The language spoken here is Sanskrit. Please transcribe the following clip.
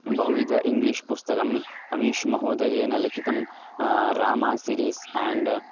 बहुविध इङ्ग्लिष् पुस्तकम् अमीश् महोदयेन लिखितं रामा सिरीस् एण्ड्